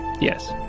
Yes